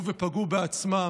וחיילים,